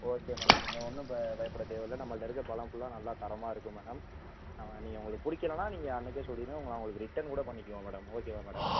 okay madam நீங்கள் ஒன்றும் ப பயப்பட தேவையில்ல நம்மள்கிட்ட இருக்க பழம் ஃபுல்லாக நல்லா தரமாக இருக்கும் மேடம் நீங்கள் உங்களுக்கு பிடிக்கலனா நீங்கள் அன்றைக்கே சொல்லிருங்க உங்களுக்கு நான் உங்களுக்கு ரிட்டன் கூட பண்ணிக்குவோம் மேடம் ஓகேவா மேடம்